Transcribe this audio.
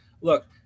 look